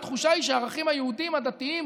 והתחושה היא שהערכים היהודיים-הדתיים